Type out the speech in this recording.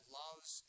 loves